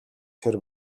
тэр